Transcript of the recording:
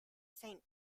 saint